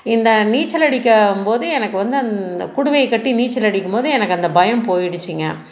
இந்த நீச்சல் அடிக்கும் போது எனக்கு வந்து அந்த குடுவையை கட்டி நீச்சல் அடிக்கும் போது எனக்கு அந்த பயம் போயிடுச்சுங்க